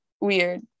weird